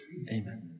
amen